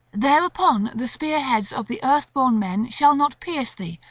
thereupon the spear-heads of the earthborn men shall not pierce thee,